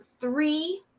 three